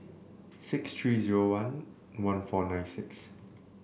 six three zero one one four nine six